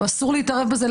אסור להתערב בזה.